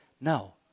No